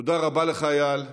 תודה רבה לך, איל,